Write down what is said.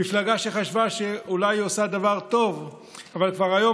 מפלגה שחשבה שאולי היא עושה דבר טוב אבל כבר היום